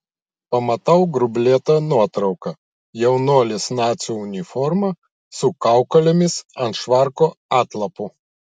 pamatau grublėtą nuotrauką jaunuolis nacių uniforma su kaukolėmis ant švarko atlapų